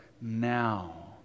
now